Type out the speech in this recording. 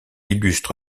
illustre